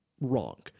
wrong